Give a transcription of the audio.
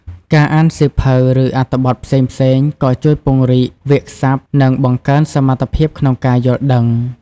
ការអានសៀវភៅ ឬអត្ថបទផ្សេងៗ ក៏ជួយពង្រីកវាក្យសព្ទ និងបង្កើនសមត្ថភាពក្នុងការយល់ដឹង។